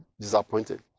disappointed